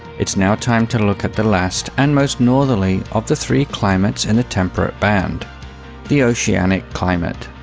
it's now time to look at the last, and most northerly of the three climates in the temperate band the oceanic climate.